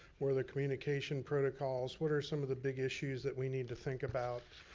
what are the communication protocols, what are some of the big issues that we need to think about.